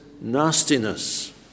nastiness